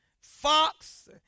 Fox